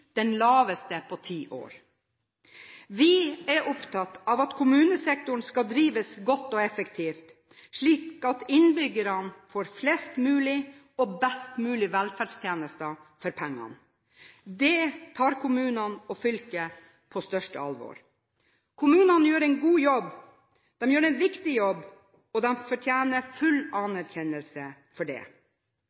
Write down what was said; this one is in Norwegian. den laveste på ti år. Vi er opptatt av at kommunesektoren skal drives godt og effektivt, slik at innbyggerne får flest mulig og best mulige velferdstjenester for pengene. Dette tar kommuner og fylker på største alvor. Kommunene gjør en god jobb, de gjør en viktig jobb og de fortjener full anerkjennelse for det.